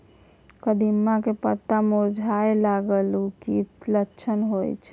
कदिम्मा के पत्ता मुरझाय लागल उ कि लक्षण होय छै?